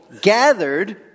gathered